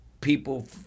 people